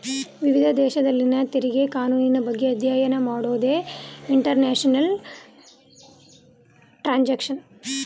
ವಿವಿಧ ದೇಶದಲ್ಲಿನ ತೆರಿಗೆ ಕಾನೂನಿನ ಬಗ್ಗೆ ಅಧ್ಯಯನ ಮಾಡೋದೇ ಇಂಟರ್ನ್ಯಾಷನಲ್ ಟ್ಯಾಕ್ಸ್ಯೇಷನ್